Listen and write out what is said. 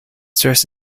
stress